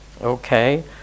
Okay